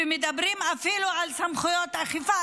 ומדברים אפילו על סמכויות אכיפה.